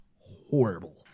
horrible